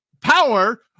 power